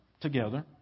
together